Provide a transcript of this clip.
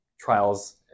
trials